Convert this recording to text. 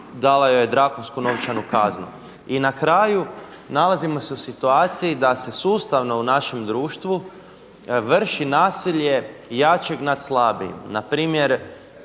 dala joj je drakonsku novčanu kaznu. I na kraju, nalazimo se u situaciji da se sustavno u našem društvu vrši nasilje jačeg nad slabijim. Npr.